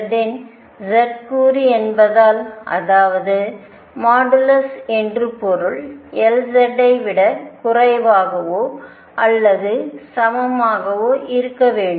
Lz இன் z கூறு என்பதால் அதாவது மாடுலஸ்என்று பொருள் Lz ஐ விட குறைவாகவோ அல்லது சமமாகவோ இருக்க வேண்டும்